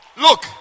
Look